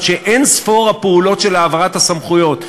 שאין-ספור הפעולות של העברת הסמכויות,